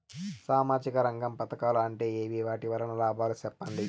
సామాజిక రంగం పథకాలు అంటే ఏమి? వాటి వలన లాభాలు సెప్పండి?